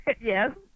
Yes